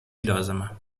لازمم